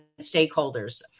stakeholders